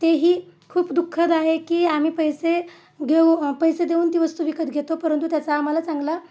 तेही खूप दुःखद आहे की आम्ही पैसे घेऊ पैसे देऊन ती वस्तू विकत घेतो परंतु त्याचा आम्हाला चांगला